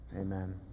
Amen